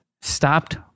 stopped